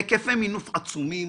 בהיקפי מינוף עצומים,